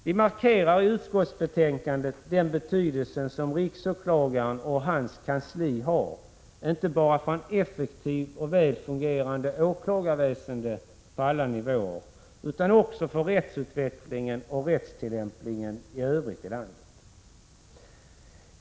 Vi markerar i utskottsbetänkandet den betydelse riksåklagaren och hans kansli har, inte bara för en effektiv och väl fungerande åklagarverksamhet på alla nivåer, utan också för rättsutvecklingen och rättstillämpningen i övrigt i landet.